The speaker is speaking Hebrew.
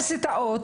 האוניברסיטאות